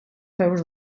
peus